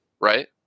right